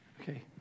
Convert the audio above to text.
Okay